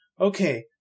okay